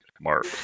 mark